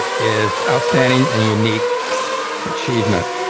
ah is outstanding and unique achievement,